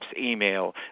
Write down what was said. email